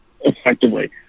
effectively